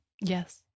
Yes